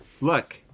look